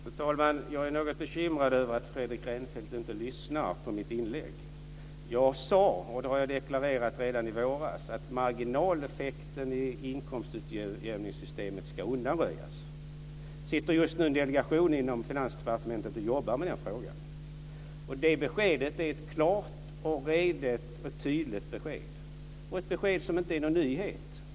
Fru talman! Jag är något bekymrad över att Fredrik Reinfeldt inte lyssnar på mitt inlägg. Jag sade, och det har jag deklarerat redan i våras, att marginaleffekten i inkomstutjämningssysmet ska undanröjas. Jag sitter just nu i en delegation inom Finansdepartementet och jobbar med den frågan. Det är ett klart, redligt och tydligt besked, och ett besked som inte är någon nyhet.